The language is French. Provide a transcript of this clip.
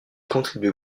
contribue